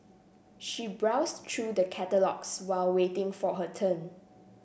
she browsed through the catalogues while waiting for her turn